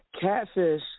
catfish